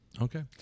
Okay